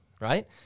right